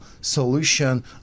solution